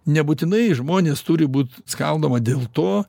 nebūtinai žmonės turi būt skaldoma dėl to